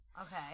Okay